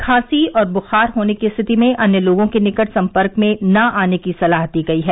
खांसी और बुखार होने की स्थिति में अन्य लोगों के निकट संपर्क में न आने की सलाह दी गई है